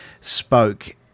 spoke